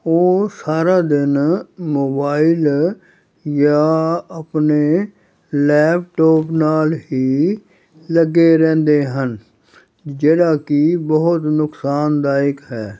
ਉਹ ਸਾਰਾ ਦਿਨ ਮੋਬਾਈਲ ਜਾਂ ਆਪਣੇ ਲੈਪਟੋਪ ਨਾਲ ਹੀ ਲੱਗੇ ਰਹਿੰਦੇ ਹਨ ਜਿਹੜਾ ਕਿ ਬਹੁਤ ਨੁਕਸਾਨਦਾਇਕ ਹੈ